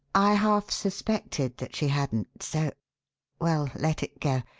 i half suspected that she hadn't, so well, let it go.